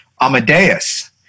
Amadeus